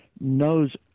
knows